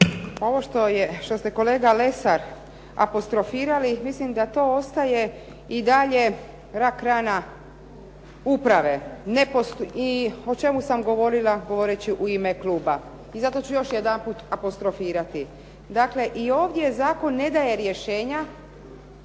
Ovo što ste kolega Lesar apostrofirali mislim da to ostaje i dalje rak rana uprave. I o čemu sam govorila govoreći u ime kluba. I zato ću još jedanput apostrofirati, dakle, i ovdje zakon ne daje rješenja